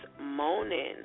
morning